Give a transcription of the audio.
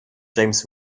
james